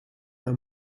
haar